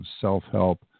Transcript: self-help